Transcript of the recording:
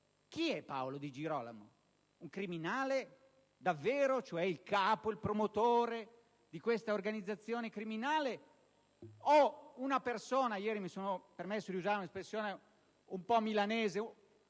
Nicola Paolo Di Girolamo? Un criminale davvero, cioè il capo, il promotore di questa organizzazione criminale, o una persona che ieri mi sono permesso di definire con un'espressione milanese,